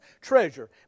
treasure